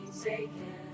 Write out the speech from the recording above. taken